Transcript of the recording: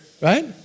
right